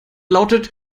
lautet